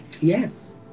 Yes